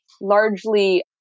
largely